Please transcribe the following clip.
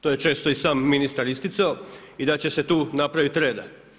To je često i sam ministar isticao i da će se tu napraviti reda.